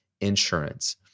insurance